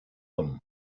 them